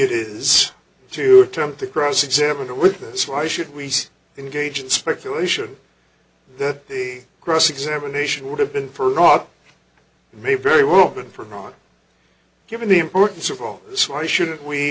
it is to attempt to cross examine the witness why should we engage in speculation that the cross examination would have been for naught may very well been for mark given the importance of all this why shouldn't we